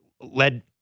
led